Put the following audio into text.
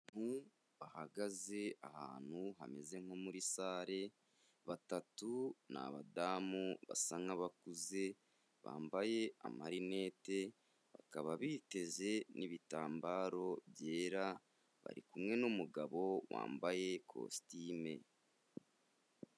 Abantu bahagaze ahantu hameze nko muri sale, batatu ni abadamu basa nk'abakuze, bambaye amarineti, bakaba biteze n'ibitambaro byera, bari kumwe n'umugabo wambaye kositime.